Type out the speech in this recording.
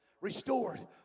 restored